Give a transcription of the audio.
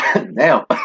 Now